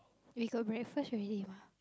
we got breakfast already lah